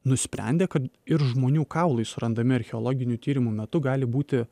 nusprendė kad ir žmonių kaulai surandami archeologinių tyrimų metu gali būti